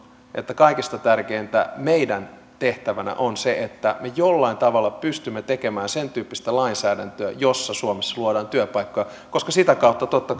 että kaikista tärkein meidän tehtävämme on se että me jollain tavalla pystymme tekemään sentyyppistä lainsäädäntöä jolla suomessa luodaan työpaikkoja koska sitä kautta totta